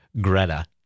Greta